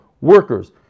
workers